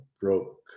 broke